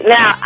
Now